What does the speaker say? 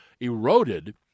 eroded